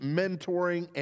mentoring